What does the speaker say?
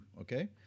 okay